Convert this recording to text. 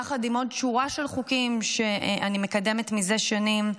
יחד עם עוד שורה של חוקים שאני מקדמת מזה שנים,